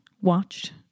watched